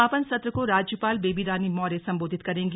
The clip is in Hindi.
समापन सत्र को राज्यपाल बेबी रानी मौर्य संबोधित करेंगी